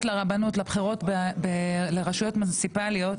לרבנות לבחירות לרשויות מוניציפליות,